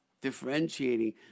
differentiating